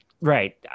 right